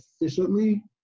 efficiently